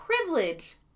privilege